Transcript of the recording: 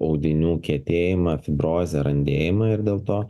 audinių kietėjimą fibrozę randėjimą ir dėl to